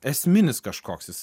esminis kažkoks